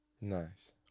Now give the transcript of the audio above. Nice